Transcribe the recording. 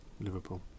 Liverpool